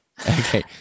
Okay